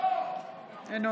אלון